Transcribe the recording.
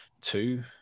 two